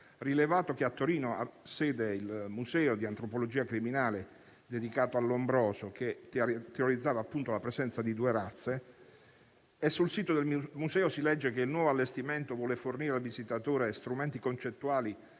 distinte. A Torino ha sede il museo di antropologia criminale dedicato a Lombroso, che teorizzava - appunto - la presenza di due razze; sul sito del museo si legge che il nuovo allestimento vuole fornire al visitatore strumenti concettuali